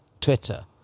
Twitter